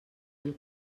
del